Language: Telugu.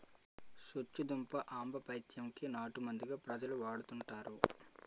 సొచ్చుదుంప ఆంబపైత్యం కి నాటుమందుగా ప్రజలు వాడుతుంటారు